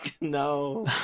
No